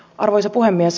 arvoisa puhemies